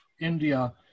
India